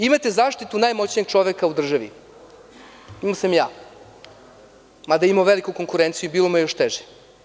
Imate zaštitu najmoćnijeg čoveka u državi, imao sam i ja, mada je imao veliku konkurenciju i bilo mu je još teže.